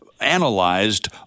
analyzed